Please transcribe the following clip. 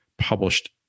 published